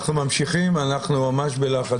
אנחנו ממשיכים, אנחנו ממש בלחץ